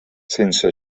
sense